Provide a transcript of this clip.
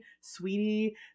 sweetie